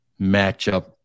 matchup